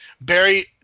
Barry